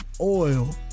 oil